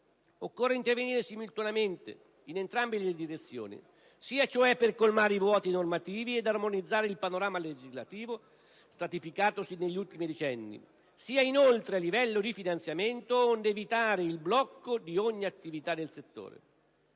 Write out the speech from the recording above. Occorre intervenire simultaneamente in entrambe le direzioni: sia, cioè, per colmare i vuoti normativi ed armonizzare il panorama legislativo stratificatosi negli ultimi decenni, sia a livello di finanziamento, onde evitare il blocco di ogni attività del settore.